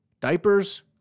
diapers